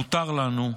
מותר לנו,